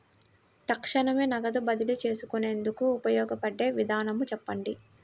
తక్షణమే నగదు బదిలీ చేసుకునేందుకు ఉపయోగపడే విధానము చెప్పండి?